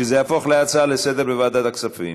שזה יהפוך להצעה לסדר-היום בוועדת הכספים.